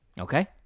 Okay